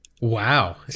Wow